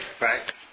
Right